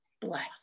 blast